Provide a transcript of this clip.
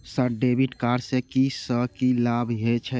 Sir debit card से की से की लाभ हे छे?